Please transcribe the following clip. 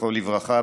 זכרו לברכה,